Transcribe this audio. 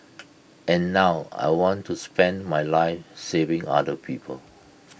and now I want to spend my life saving other people